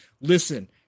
Listen